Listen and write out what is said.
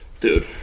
Dude